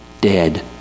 dead